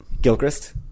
Gilchrist